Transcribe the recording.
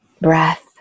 breath